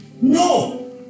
No